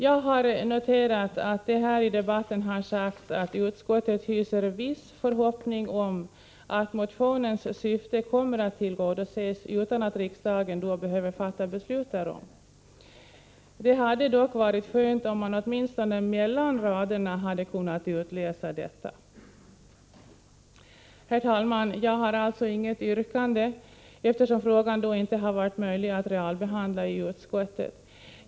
Jag har noterat att det i denna debatt har sagts att utskottet hyser viss förhoppning om att motionens syfte kommer att tillgodoses utan att riksdagen behöver fatta beslut därom. Det hade dock varit skönt om man åtminstone mellan raderna hade kunnat utläsa detta. Herr talman! Jag har alltså inget yrkande, eftersom frågan inte har varit möjlig att realbehandla i utskottet.